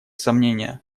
сомнения